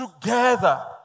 together